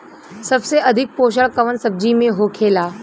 सबसे अधिक पोषण कवन सब्जी में होखेला?